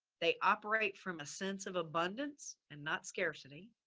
they operate from a sense of abundance and not scarcity